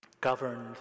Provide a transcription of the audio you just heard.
governed